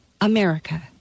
America